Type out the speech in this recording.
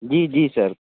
जी जी सर